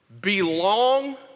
belong